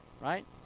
right